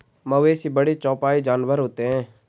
मवेशी बड़े चौपाई जानवर होते हैं